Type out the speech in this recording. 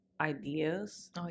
ideas